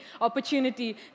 opportunity